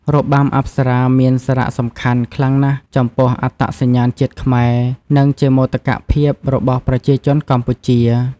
របាំអប្សរាមានសារៈសំខាន់ខ្លាំងណាស់ចំពោះអត្តសញ្ញាណជាតិខ្មែរ និងជាមោទកភាពរបស់ប្រជាជនកម្ពុជា។